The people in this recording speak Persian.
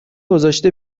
گذاشته